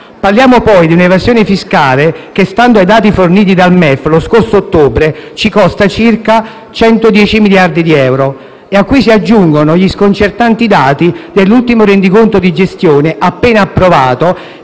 Parliamo, poi, di una evasione fiscale che, stando ai dati fomiti dal MEF lo scorso ottobre, ci costa circa 110 miliardi di euro. A ciò si aggiungono gli sconcertanti dati dell'ultimo rendiconto di gestione, appena approvato,